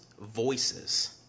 voices